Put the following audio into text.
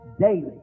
daily